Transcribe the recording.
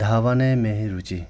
धावने मे रुचिः